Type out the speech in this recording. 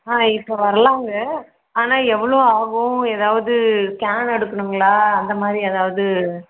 ஆ இப்போ வரலாங்க ஆனால் எவ்வளோ ஆகும் ஏதாவது ஸ்கேன் எடுக்கணுங்களா அந்த மாதிரி ஏதாவது